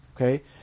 okay